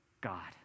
God